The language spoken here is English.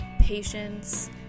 patience